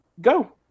go